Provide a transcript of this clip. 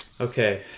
Okay